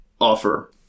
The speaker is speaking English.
offer